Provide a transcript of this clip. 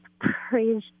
praise